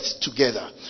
together